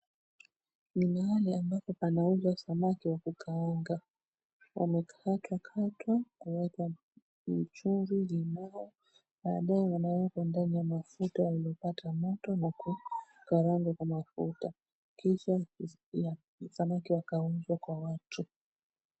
Ni mahali ambapo panauzwa samaki wa kukaanga. Wamekatwa katwa kuwekwa mchuzi kwanza. Baadaye wanawekwa ndani ya mafuta yaliyopata moto na kukaranga kwa mafuta. Kisha samaki wakaauzwa kwa watu.